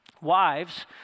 Wives